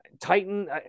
Titan